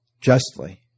justly